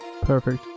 Perfect